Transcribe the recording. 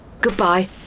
Goodbye